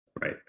right